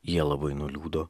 jie labai nuliūdo